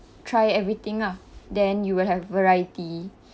try everything ah then you will have variety